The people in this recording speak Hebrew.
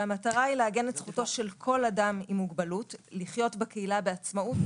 שהמטרה היא: לעגן את זכותו של כל אדם עם מוגבלות לחיות בקהילה בעצמאות,